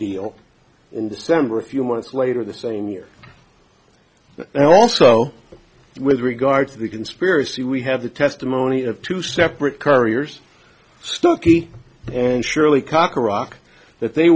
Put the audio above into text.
deal in december a few months later the same year and also with regard to the conspiracy we have the testimony of two separate couriers stuckey and surely cocker rock that they